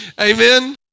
Amen